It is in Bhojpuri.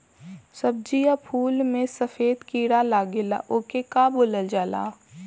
सब्ज़ी या फुल में सफेद कीड़ा लगेला ओके का बोलल जाला?